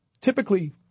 typically